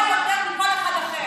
גרוע יותר מכל אחד אחר.